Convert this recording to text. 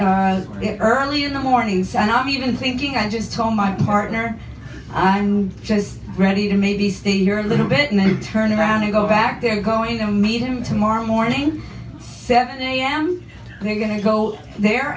an early in the mornings and i'm even thinking i just oh my partner i'm just ready to maybe stay here a little bit and then you turn around to go back there you're going to meet him tomorrow morning seven am we're going to go there